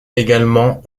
également